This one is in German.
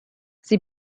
sie